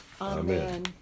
Amen